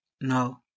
No